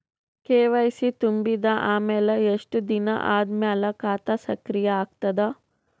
KYC ತುಂಬಿದ ಅಮೆಲ ಎಷ್ಟ ದಿನ ಆದ ಮೇಲ ಖಾತಾ ಸಕ್ರಿಯ ಅಗತದ?